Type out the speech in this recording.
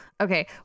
Okay